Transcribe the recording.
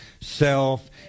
Self